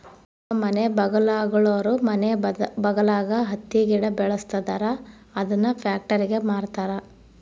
ನಮ್ಮ ಮನೆ ಬಗಲಾಗುಳೋರು ಮನೆ ಬಗಲಾಗ ಹತ್ತಿ ಗಿಡ ಬೆಳುಸ್ತದರ ಅದುನ್ನ ಪ್ಯಾಕ್ಟರಿಗೆ ಮಾರ್ತಾರ